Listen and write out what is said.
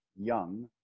young